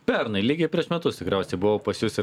pernai lygiai prieš metus tikriausiai buvau pas jus ir